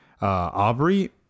Aubrey